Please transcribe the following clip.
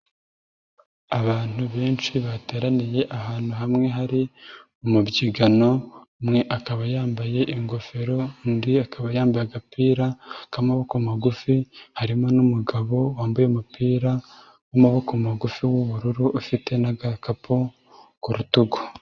Abantu benshi bateraniye ahantu hamwe hari umubyigano, umwe akaba yambaye ingofero undi akaba yambaye agapira, k'amaboko magufi. Harimo n'umugabo wambaye umupira w'amaboko magufi w'ubururu ufite n'agakapu ku rutugu.